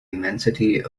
immensity